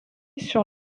sur